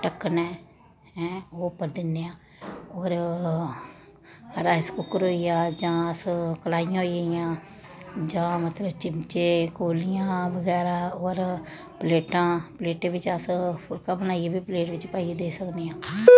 ढक्कन ऐ ऐ ओह उप्पर दिन्ने आं होर राइस कुकर होई गेआ जां अस कड़ाहियां होई गेइयां जां मतलब चिमचे कोलियां बगैरा होर प्लेटां प्लेटें बिच्च अस फुलका बनाइयै बी प्लेट बिच्च पाइयै देई सकने आं